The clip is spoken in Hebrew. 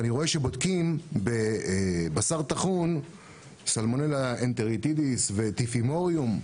אני רואה שבודקים בבשר טחון סלמונלה אנטריטידיס וטיפימוריום,